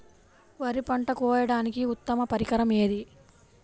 వరి పంట కోయడానికి ఉత్తమ పరికరం ఏది?